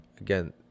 again